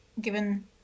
given